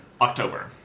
October